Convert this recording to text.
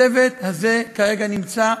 הצוות הזה כרגע נמצא,